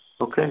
Okay